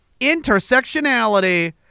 Intersectionality